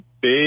big